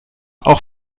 auch